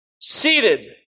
seated